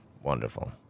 Wonderful